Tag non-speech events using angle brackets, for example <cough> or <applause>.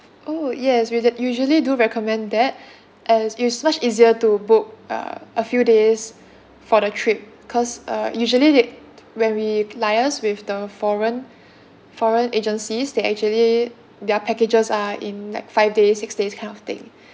oh yes we de~ usually do recommend that <breath> as it's much easier to book uh a few days for the trip cause uh usually they when we liaise with the foreign <breath> foreign agencies they actually their packages are in like five days six days kind of thing